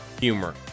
humor